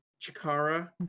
Chikara